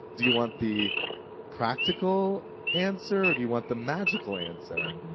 do you want the practical answer or do you want the magical answer?